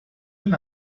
den